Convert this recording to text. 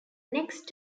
next